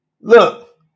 Look